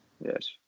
Yes